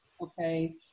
okay